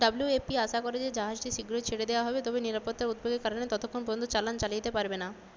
WFP আশা করে যে জাহাজটি শীঘ্রই ছেড়ে দেয়া হবে তবে নিরাপত্তার উদ্বেগের কারণে ততক্ষণ পর্যন্ত চালান চালিয়ে যেতে পারবে না